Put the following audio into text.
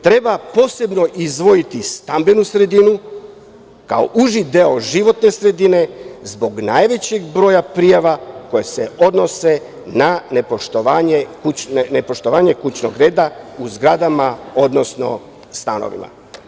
Treba posebno izdvojiti stambenu sredinu kao uži deo životne sredine zbog najvećeg broja prijava koje se odnose na nepoštovanje kućnog reda u zgradama, odnosno stanovima.